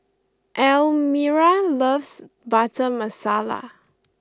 Almyra loves Butter Masala